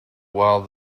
while